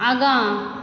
आगाँ